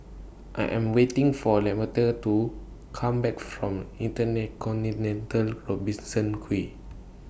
I Am waiting For Lamonte to Come Back from Robertson Quay